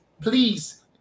please